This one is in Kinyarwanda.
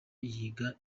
yiga